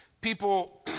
people